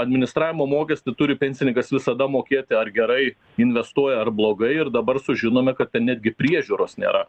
administravimo mokestį turi pensininkas visada mokėti ar gerai investuoja ar blogai ir dabar sužinome kad netgi priežiūros nėra